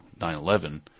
9-11